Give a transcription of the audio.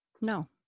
No